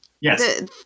Yes